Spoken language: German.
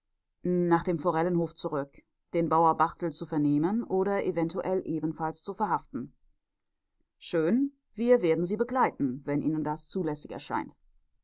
nach dem forellenhof zurück den bauer barthel zu vernehmen oder eventuell ebenfalls zu verhaften schön wir werden sie begleiten wenn ihnen das zulässig erscheint